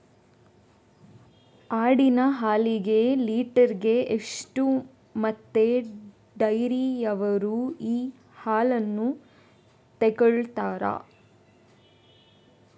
ಆಡಿನ ಹಾಲಿಗೆ ಲೀಟ್ರಿಗೆ ಎಷ್ಟು ಮತ್ತೆ ಡೈರಿಯವ್ರರು ಈ ಹಾಲನ್ನ ತೆಕೊಳ್ತಾರೆ?